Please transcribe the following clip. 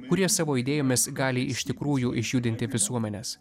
kurie savo idėjomis gali iš tikrųjų išjudinti visuomenes